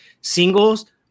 Singles